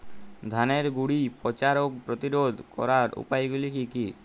ধানের গুড়ি পচা রোগ প্রতিরোধ করার উপায়গুলি কি কি?